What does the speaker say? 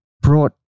brought